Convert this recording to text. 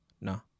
No